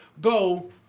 go